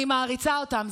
אני מעריצה אותם,